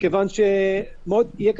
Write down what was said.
מוגבלת.